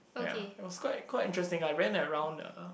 ya it was quite quite interesting I ran around uh